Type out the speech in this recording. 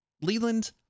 Leland